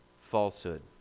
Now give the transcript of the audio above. falsehood